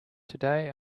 today